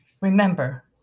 Remember